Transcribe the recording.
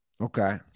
Okay